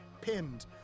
pinned